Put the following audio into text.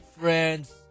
friends